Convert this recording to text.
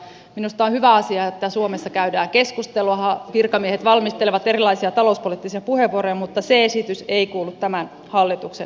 minusta on hyvä asia että suomessa käydään keskustelua virkamiehet valmistelevat erilaisia talouspoliittisia puheenvuoroja mutta se esitys ei kuulu tämän hallituksen agendalle